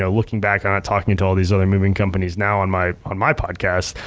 um looking back on it talking to to all these other moving companies now on my on my podcast,